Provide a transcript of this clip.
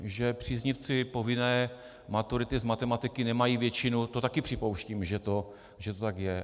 Že příznivci povinné maturity z matematiky nemají většinu, to taky připouštím, tak to je.